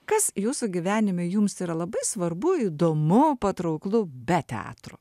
kas jūsų gyvenime jums yra labai svarbu įdomu patrauklu be teatro